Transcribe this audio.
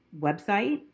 website